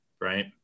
right